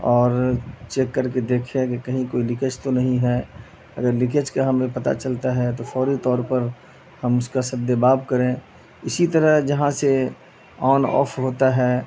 اور چیک کر کے دیکھیں کہ کہیں کوئی لیکیج تو نہیں ہے اگر لیکیج کا ہمیں پتہ چلتا ہے تو فوری طور پر ہم اس کا سدِ باب کریں اسی طرح جہاں سے آن آف ہوتا ہے